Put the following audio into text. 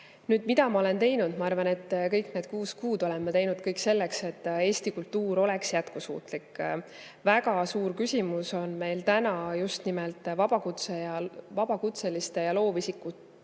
Nüüd, mida ma olen teinud? Ma arvan, et kõik need kuus kuud olen ma teinud kõik selleks, et Eesti kultuur oleks jätkusuutlik. Väga suur küsimus on meil seotud vabakutseliste ja loovisikutest